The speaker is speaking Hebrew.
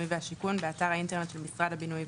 והשיכון באתר האינטרנט של משרד הבינוי והשיכון,